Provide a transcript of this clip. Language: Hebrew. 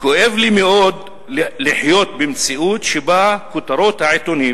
"כואב לי מאוד לחיות במציאות שבה כותרות העיתונים